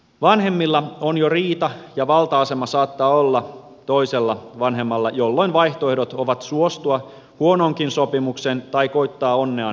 vanhemmilla on jo riita ja valta asema saattaa olla toisella vanhemmalla jolloin vaihtoehdot ovat suostua huonoonkin sopimukseen tai koettaa onneaan käräjäoikeudessa